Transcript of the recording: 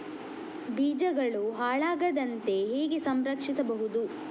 ಬೀಜಗಳು ಹಾಳಾಗದಂತೆ ಹೇಗೆ ಸಂರಕ್ಷಿಸಬಹುದು?